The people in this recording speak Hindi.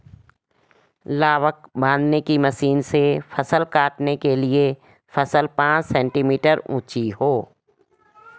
लावक बांधने की मशीन से फसल काटने के लिए फसल पांच सेंटीमीटर ऊंची हो